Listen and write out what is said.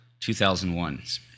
2001